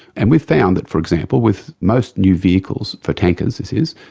and we've found that, for example, with most new vehicles, for tankers this is,